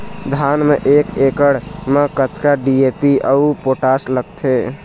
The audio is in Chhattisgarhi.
धान म एक एकड़ म कतका डी.ए.पी अऊ पोटास लगथे?